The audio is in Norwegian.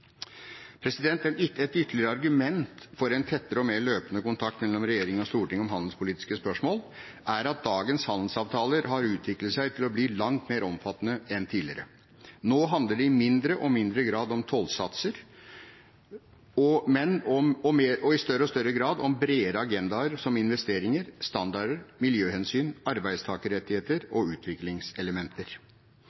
Et ytterligere argument for en tettere og mer løpende kontakt mellom regjering og storting om handelspolitiske spørsmål er at dagens handelsavtaler har utviklet seg til å bli langt mer omfattende enn tidligere. Nå handler det i mindre og mindre grad om tollsatser og i større og større grad om bredere agendaer som investeringer, standarder, miljøhensyn, arbeidstakerrettigheter